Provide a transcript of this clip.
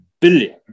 billion